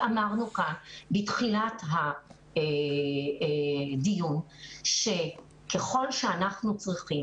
אמרנו כאן בתחילת הדיון שככל שנצטרך,